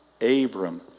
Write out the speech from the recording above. Abram